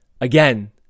Again